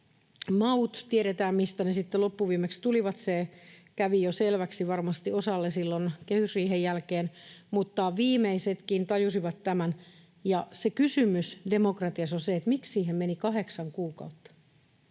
maut sitten loppuviimeksi tulivat. Se kävi selväksi varmasti osalle jo silloin kehysriihen jälkeen, mutta se kysymys demokratiassa on, miksi siihen meni kahdeksan kuukautta,